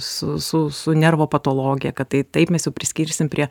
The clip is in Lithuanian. su su su nervo patologija kad tai taip mes priskirsim prie